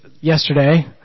yesterday